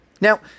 Now